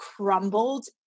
crumbled